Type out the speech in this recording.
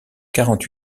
quarante